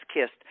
kissed